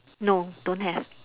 no don't have